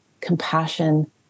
compassion